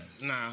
Nah